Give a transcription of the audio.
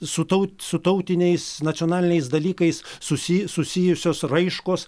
su taut su tautiniais nacionaliniais dalykais susij susijusios raiškos